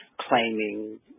claiming